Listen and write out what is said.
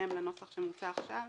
בהתאם לנוסח שמוצע עכשיו,